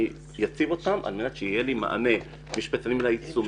אציב אותם על מנת שיהיה לי מענה לנושא העיצומים,